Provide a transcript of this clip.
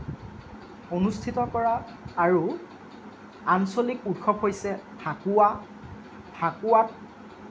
অনুষ্ঠিত কৰা আৰু আঞ্চলিক উৎসৱ হৈছে ফাকুৱা ফাকুৱাত